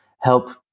help